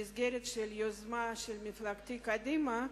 במסגרת יוזמת מפלגתי קדימה,